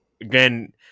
Again